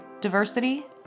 diversity